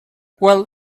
well